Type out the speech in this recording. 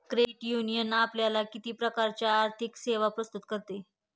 Credit union आपल्याला किती प्रकारच्या आर्थिक सेवा प्रस्तुत करते?